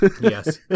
Yes